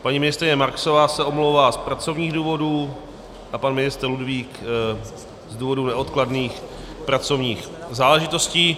Paní ministryně Marksová se omlouvá z pracovních důvodů a pan ministr Ludvík z důvodu neodkladných pracovních záležitostí.